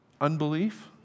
Unbelief